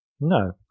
No